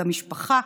במשפחה,